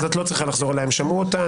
את לא צריכה לחזור עליה, הם שמעו אותה.